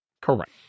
Correct